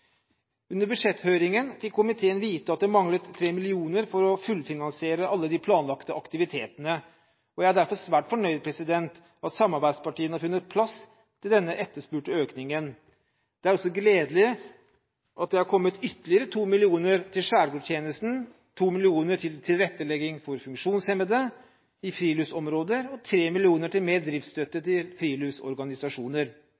Under budsjetthøringen fikk komiteen vite at det manglet 3 mill. kr for å fullfinansiere alle de planlagte aktivitetene. Jeg er derfor svært fornøyd med at samarbeidspartiene har funnet plass til denne etterspurte økningen. Det er også gledelig at det har kommet ytterligere 2 mill. kr til Skjærgårdstjenesten, 2 mill. kr til tilrettelegging for funksjonshemmede i friluftsområder og 3 mill. kr til mer driftsstøtte